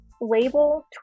label